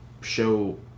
show